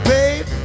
Babe